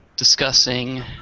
Discussing